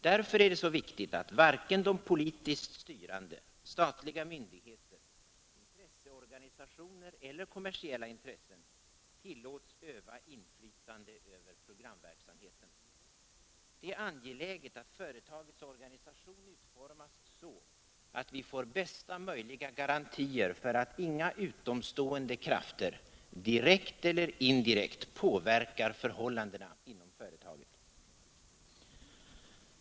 Därför är det så viktigt att varken de politiskt styrande, statliga myndig heter, intresseorganisationer eller kommersiella intressen tillåts öva inflytande över programverksamheten. Det är angeläget att företagets organisation utformas så, att vi får bästa möjliga garantier för att inga utomstående krafter direkt eller indirekt påverkar förhållandena inom företaget.